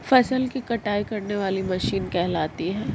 फसल की कटाई करने वाली मशीन कहलाती है?